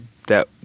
that